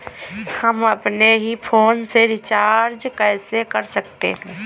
हम अपने ही फोन से रिचार्ज कैसे कर सकते हैं?